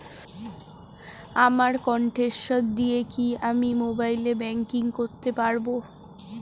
আমার কন্ঠস্বর দিয়ে কি আমি মোবাইলে ব্যাংকিং করতে পারবো?